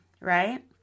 right